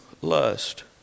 lust